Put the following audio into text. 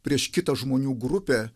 prieš kitą žmonių grupę